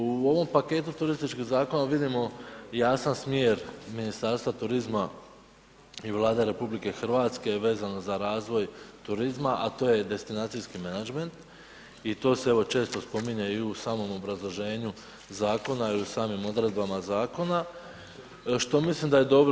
U ovom paketu turističkih zakona vidimo jasan smjer Ministarstva turizma i Vlade Republike Hrvatske vezano za razvoj turizma, a to je destinacijski menadžment i to se evo često spominje i u samom obrazloženju zakona i u samim odredbama zakona što mislim da je dobro.